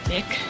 Nick